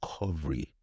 recovery